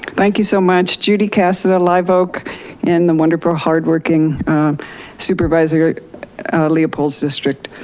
thank you so much. judy casedo, live oak in the wonderful hardworking supervisor leopold's district.